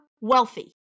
wealthy